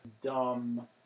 dumb